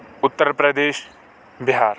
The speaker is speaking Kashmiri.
اُترپریٚدیش بِہار